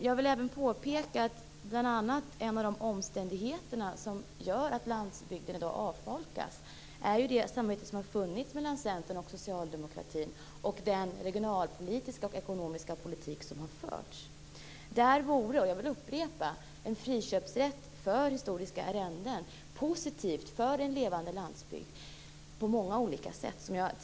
Jag vill även påpeka att en av de omständigheter som gör att landsbygden i dag avfolkas är det samarbete som har varit mellan Centern och Socialdemokraterna och den regionalpolitiska och ekonomiska politik som har förts. Jag vill upprepa att en friköpsrätt för historiska arrenden vore positivt för en levande landsbygd på många olika sätt.